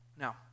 Now